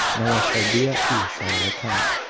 now i shall be at peace on her account,